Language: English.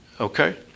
okay